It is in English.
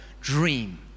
dream